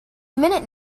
minute